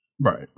right